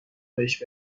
بهش